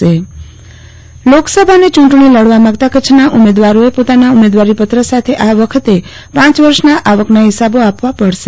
આરતી ભદ્દ કચ્છ લોકસભા ચુંટણી લોકસભાની ચૂંટણી લડવા માગતા કચ્છના ઉમેદવારોએ પોતાના ઉમેદવારી પત્ર સાથે આ વખતે પાંચ વર્ષના આવકના ફિસાબો આપવા પડશે